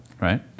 right